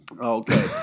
Okay